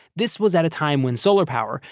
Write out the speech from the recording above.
this was at a time when solar power,